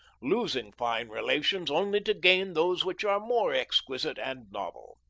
losing fine relations only to gain those which are more exquisite and novel.